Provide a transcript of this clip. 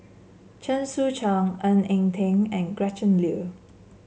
Chen Sucheng Ng Eng Teng and Gretchen Liu